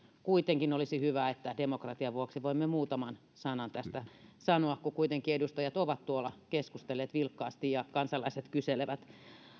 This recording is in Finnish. kuitenkin olisi hyvä että demokratian vuoksi voimme muutaman sanan tästä sanoa kun kuitenkin edustajat ovat tuolla keskustelleet vilkkaasti ja kansalaiset kyselevät